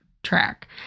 track